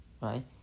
right